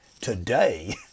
Today